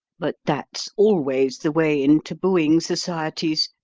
but that's always the way in tabooing societies.